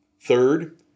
Third